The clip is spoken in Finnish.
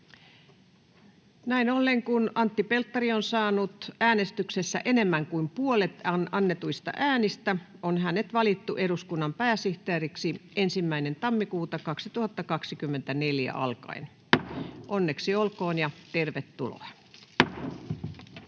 Näin ollen, kun Antti Pelttari on saanut äänestyksessä enemmän kuin puolet annetuista äänistä, on hänet valittu eduskunnan pääsihteeriksi 1. tammikuuta 2024 alkaen. Onneksi olkoon ja tervetuloa! [Speech